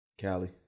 Callie